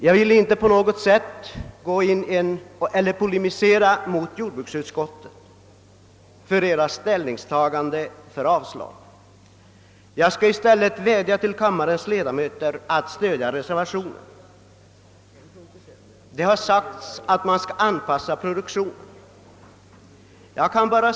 Jag vill inte på något sätt polemisera mot jordbruksutskottet för att det avstyrkt motionen; jag vädjar i stället till kammarens ledamöter att stödja reservationen. Det har sagts att man skall anpassa produktionen till situationen.